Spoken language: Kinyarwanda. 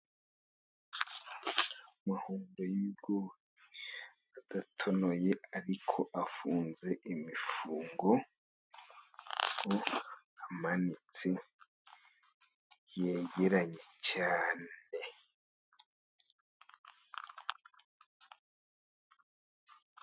Amahundo y'bigori adatonoye, ariko afunze imifungo, amanitse, yegeranye cyane.